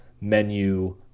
menu